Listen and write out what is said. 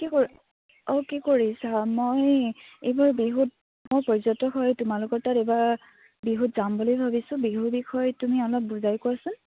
কি কৰি অঁ কি কৰিছা মই এইবাৰ বিহুত মই পৰ্যটক হৈ তোমালোকৰ তাত এইবাৰ বিহুত যাম বুলি ভাবিছোঁ বিহুৰ বিষয়ে তুমি অলপ বুজাই কোৱাচোন